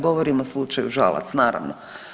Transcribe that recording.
Govorim o slučaju Žalac naravno.